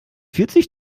vierzig